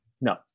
No